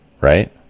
right